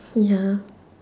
ya